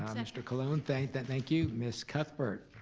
mr. colon you, miss cuthbert